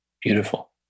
Beautiful